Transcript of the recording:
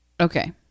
Okay